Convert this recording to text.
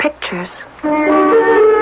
pictures